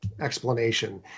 explanation